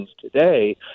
today